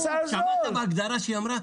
שמעת מה ההגדרה שהיא אמרה?